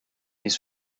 his